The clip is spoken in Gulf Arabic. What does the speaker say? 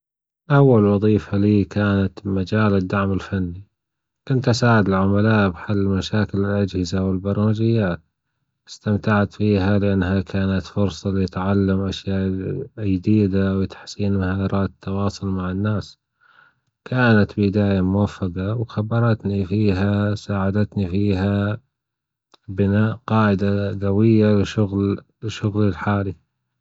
أول وظيفة لي كانت بمجال الدعم الفني، كنت أساعد العملاء بحل مشاكل الأجهزة والبرمجيات، إستمتعت فيها لأنها كانت فرصة لأتعلم أشياء جديدة وتحسين مهارات التواصل مع الناس، كانت بداية موفجة وخبرتي فيها ساعدتني فيها بناء قاعدة جوية وشغل لشغل الحالي.